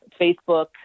Facebook